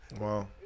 wow